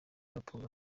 raporo